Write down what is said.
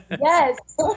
yes